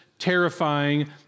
terrifying